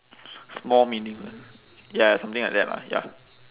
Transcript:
small meaningle~ ya something like that lah ya